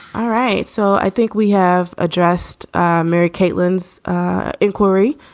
all right. so i think we have addressed mary kaitlin's inquiry